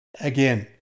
again